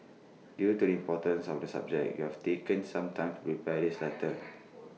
due to the importance of the subject we have taken some time to prepare this letter